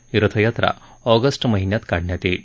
ही रथयात्रा ऑगस्ट महिन्यात काढण्यात येईल